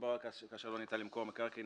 מדובר כאשר לא ניתן למכור מקרקעין,